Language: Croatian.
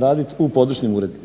radit u područnim uredima,